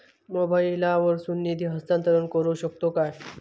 मोबाईला वर्सून निधी हस्तांतरण करू शकतो काय?